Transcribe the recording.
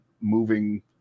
moving